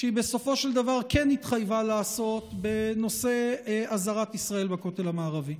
שהיא בסופו של דבר כן התחייבה לעשות בנושא "עזרת ישראל" בכותל המערבי?